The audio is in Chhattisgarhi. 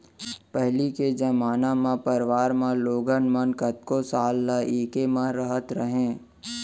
पहिली के जमाना म परवार म लोगन मन कतको साल ल एके म रहत रहें